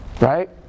Right